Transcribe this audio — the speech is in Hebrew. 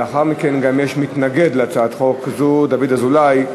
לאחר מכן גם יש מתנגד להצעת חוק זו, דוד אזולאי,